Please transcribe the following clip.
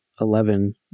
Eleven